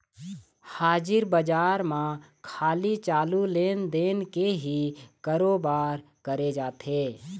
हाजिर बजार म खाली चालू लेन देन के ही करोबार करे जाथे